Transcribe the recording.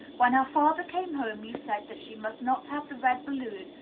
when her father came home, you said that she must not have the red balloon,